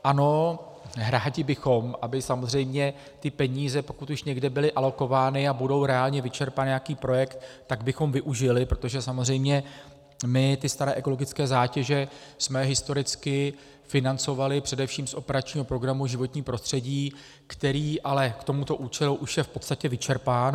Ano, rádi bychom, aby samozřejmě ty peníze, pokud už někde byly alokovány a budou reálně vyčerpány na nějaký projekt, tak bychom využili, protože samozřejmě my ty staré ekologické zátěže jsme historicky financovali především z operačního programu Životní prostředí, který ale k tomuto účelu už je v podstatě vyčerpán.